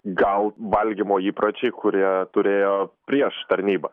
gal valgymo įpročiai kurie turėjo prieš tarnybą